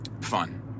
Fun